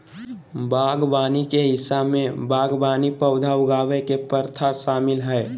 बागवानी के हिस्सा में बागवानी पौधा उगावय के प्रथा शामिल हइ